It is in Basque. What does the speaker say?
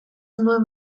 nuen